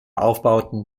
aufbauten